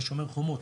ב-"שומר החומות",